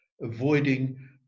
avoiding